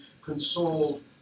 consoled